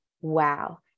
wow